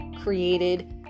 created